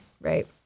right